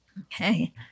Okay